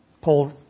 Paul